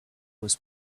was